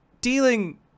dealing